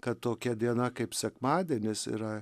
kad tokia diena kaip sekmadienis yra